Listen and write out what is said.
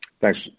Thanks